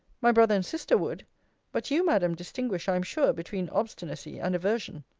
my brother and sister would but you, madam, distinguish, i am sure, between obstinacy and aversion.